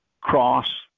cross